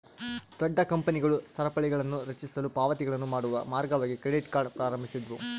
ದೊಡ್ಡ ಕಂಪನಿಗಳು ಸರಪಳಿಗಳನ್ನುರಚಿಸಲು ಪಾವತಿಗಳನ್ನು ಮಾಡುವ ಮಾರ್ಗವಾಗಿ ಕ್ರೆಡಿಟ್ ಕಾರ್ಡ್ ಪ್ರಾರಂಭಿಸಿದ್ವು